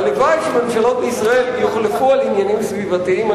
הלוואי שממשלות בישראל יוחלפו על עניינים סביבתיים.